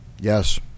Yes